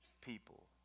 people